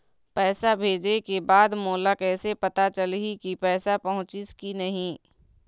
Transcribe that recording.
पैसा भेजे के बाद मोला कैसे पता चलही की पैसा पहुंचिस कि नहीं?